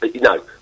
No